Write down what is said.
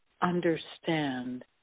understand